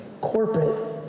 Corporate